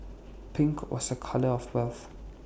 pink was A colour of health